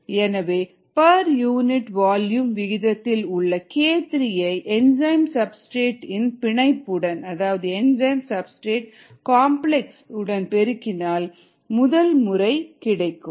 எனவே per unit volume விகிதத்தில் உள்ள k3 ஐ என்சைம் சப்ஸ்டிரேட் இன் பிணைப்புடன் பெருக்கினால் முதல்முறை கிடைக்கும்